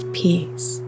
peace